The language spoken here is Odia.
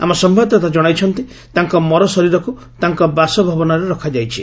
ଆମ ସମ୍ଭାଦଦାତା ଜଣାଇଛନ୍ତି ତାଙ୍କ ମର ଶରୀରକୁ ତାଙ୍କ ବାସଭବନରେ ରଖାଯାଇଛି